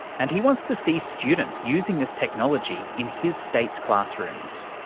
and he wants to see students using this technology in his state's classrooms.